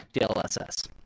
dlss